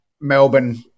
Melbourne